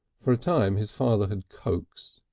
for a time his father had coaxed,